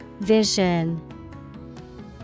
Vision